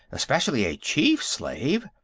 especially a chief-slave.